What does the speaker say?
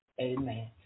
Amen